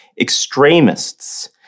extremists